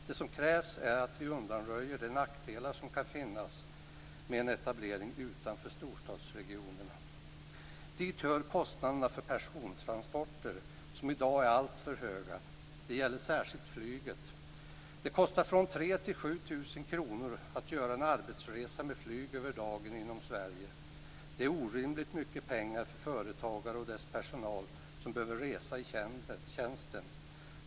Det som krävs är att vi undanröjer de nackdelar som kan finnas med en etablering utanför storstadsregionerna. Dit hör kostnaderna för persontransporter, som i dag är alltför höga. Det gäller särskilt flyget. Det kostar 3 000-7 000 kr att göra en arbetsresa med flyg över dagen inom Sverige. Det är orimligt mycket pengar för företagare och dess personal som behöver resa i tjänsten.